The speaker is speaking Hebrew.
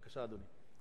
בבקשה, אדוני.